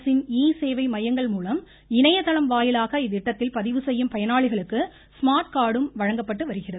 அரசின் ஈ சேவை மையங்கள் மூலம் இணையதளம் வாயிலாக இத்திட்டத்தில் பதிவு செய்யும் பயனாளிகளுக்கு ஸ்மார்ட் கார்டும் வழங்கப்பட்டு வருகிறது